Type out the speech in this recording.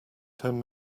ten